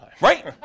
Right